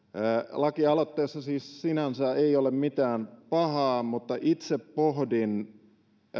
lakialoitteessa siis sinänsä ei ole mitään pahaa mutta itse pohdin